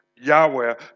Yahweh